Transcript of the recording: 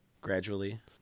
gradually